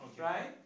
right